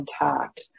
intact